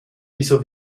wieso